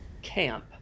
camp